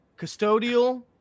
custodial